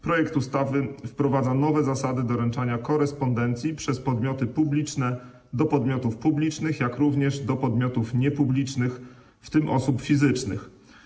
Projekt ustawy wprowadza nowe zasady doręczania korespondencji przez podmioty publiczne do podmiotów publicznych, jak również do podmiotów niepublicznych, w tym osób fizycznych.